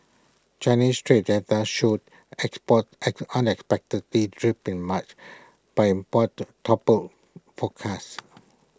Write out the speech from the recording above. Chinese trade data showed exports act unexpectedly dripped in March but imports topple forecasts